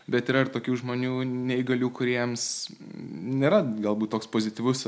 bet yra ir tokių žmonių neįgalių kuriems nėra galbūt toks pozityvus